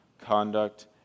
conduct